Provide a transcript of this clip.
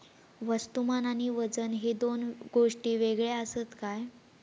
वस्तुमान आणि वजन हे दोन गोष्टी वेगळे आसत काय?